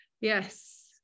yes